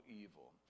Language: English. evil